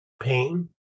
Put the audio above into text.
pain